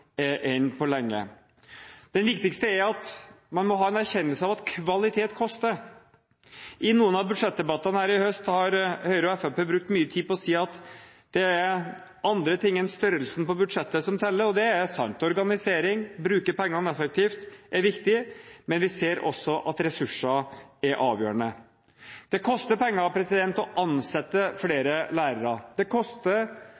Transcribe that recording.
enn på lenge. Det viktigste er at man må ha en erkjennelse av at kvalitet koster. I noen av budsjettdebattene her i høst har Høyre og Fremskrittspartiet brukt mye tid på å si at det er andre ting enn størrelsen på budsjettet som teller. Og det er sant. Organisering og å bruke pengene effektivt er viktig, men vi ser også at ressurser er avgjørende. Det koster penger å ansette